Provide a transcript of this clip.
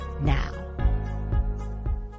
now